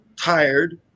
tired